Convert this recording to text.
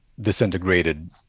disintegrated